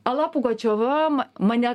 ala pugačiova mane